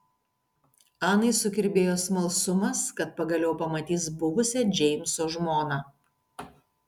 anai sukirbėjo smalsumas kad pagaliau pamatys buvusią džeimso žmoną